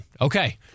Okay